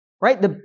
right